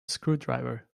screwdriver